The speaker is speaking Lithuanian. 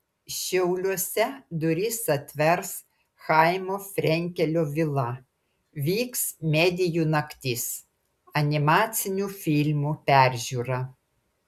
šiauliuose duris atvers chaimo frenkelio vila vyks medijų naktis animacinių filmų peržiūra